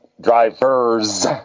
Drivers